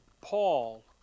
Paul